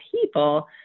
people